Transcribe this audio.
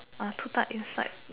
ah two duck inside